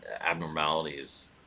abnormalities